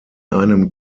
einem